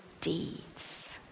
deeds